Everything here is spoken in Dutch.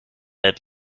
het